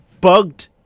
bugged